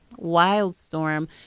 wildstorm